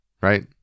right